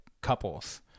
couples